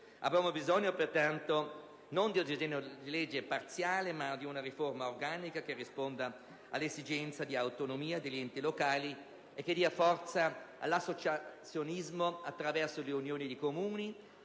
Abbiamo bisogno, pertanto, non di un disegno di legge parziale, ma di una riforma organica che risponda all'esigenza di autonomia degli enti locali, che dia forza all'associazionismo attraverso le unioni di Comuni